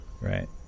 Right